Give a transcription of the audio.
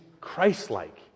Christ-like